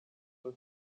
eux